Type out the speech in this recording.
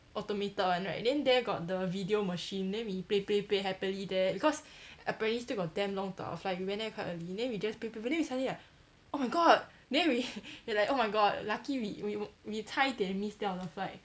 automated [one] right then there got the video machine then we play play play happily there because apparently still got damn long to our flight like we went there quite early then we just play play play then we suddenly like oh my god then we we like oh my god lucky we we we 差一点 miss 掉 the flight